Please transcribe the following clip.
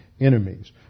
enemies